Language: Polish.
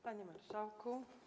Panie Marszałku!